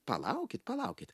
palaukit palaukit